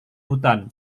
hutan